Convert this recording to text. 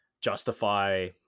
justify